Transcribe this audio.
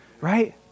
Right